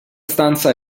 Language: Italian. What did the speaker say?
stanza